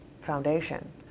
foundation